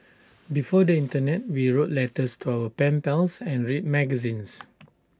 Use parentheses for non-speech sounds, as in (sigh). before the Internet we wrote letters to our pen pals and read magazines (noise)